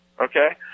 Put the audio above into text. okay